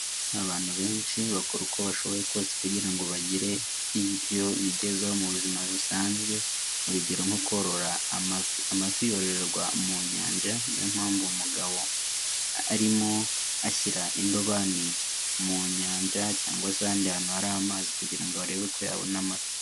Abantu benshi bakora uko bashoboye kose kugira ngo bagire ibyo bigezaho mu buzima busanzwe urugero nko korora amafi, amafi yororerwa mu nyanja niyo mpamvu uyu mugabo arimo ashyira indobani mu nyanja cyangwa se ahandi hantu hari amazi kugira ngo arebe ko yabona amafi